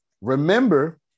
remember